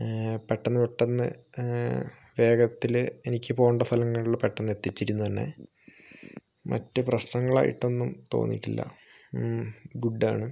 പെട്ടന്ന് പെട്ടന്ന് വേഗത്തില് എനിക്ക് പോകേണ്ട സ്ഥലങ്ങളിൽ പെട്ടന്ന് എത്തിച്ചിരുന്നു എന്നെ മറ്റു പ്രശ്നങ്ങളായിട്ടൊന്നും തോന്നീട്ടില്ല ഗുഡാണ്